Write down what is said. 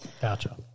Gotcha